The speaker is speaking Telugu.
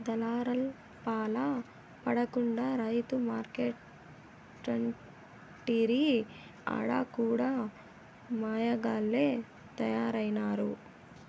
దళార్లపాల పడకుండా రైతు మార్కెట్లంటిరి ఆడ కూడా మాయగాల్లె తయారైనారు